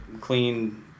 clean